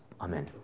Amen